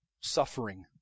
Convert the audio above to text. suffering